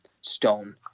stone